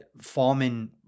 forming